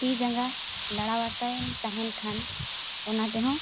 ᱛᱤ ᱡᱟᱸᱜᱟ ᱞᱟᱲᱟᱣᱟᱛᱮᱭᱮᱢ ᱛᱟᱦᱮᱱ ᱠᱷᱟᱱ ᱚᱱᱟ ᱛᱮᱦᱚᱸ